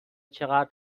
چقدر